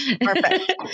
perfect